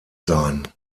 sein